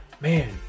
man